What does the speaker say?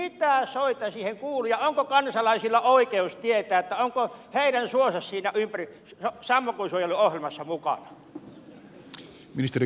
mitä soita siihen kuuluu ja onko kansalaisilla oikeus tietää onko teidän tuhansia ympäri ja sama heidän suonsa siinä sammakonsuojeluohjelmassa mukana